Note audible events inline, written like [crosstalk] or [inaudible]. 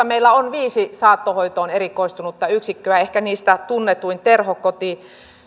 [unintelligible] meillä on viisi saattohoitoon erikoistunutta yksikköä ehkä niistä tunnetuin terhokoti